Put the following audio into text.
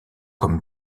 comme